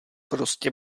prostě